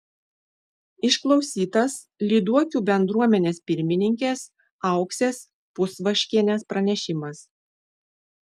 išklausytas lyduokių bendruomenės pirmininkės auksės pusvaškienės pranešimas